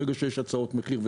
ברגע שיש הצעות מחיר,